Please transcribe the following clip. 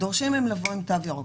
דורשים מהם לבוא עם תו ירוק.